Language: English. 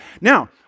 Now